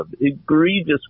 egregious